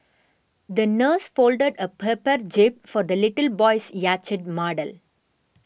the nurse folded a paper jib for the little boy's yacht model